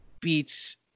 beats